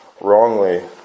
wrongly